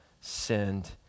send